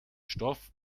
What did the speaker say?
stoff